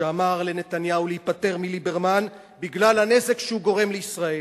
שאמר לנתניהו להיפטר מליברמן בגלל הנזק שהוא גורם לישראל,